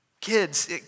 Kids